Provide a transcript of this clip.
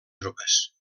tropes